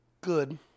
good